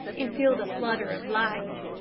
and feel the flutter of life.